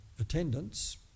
attendance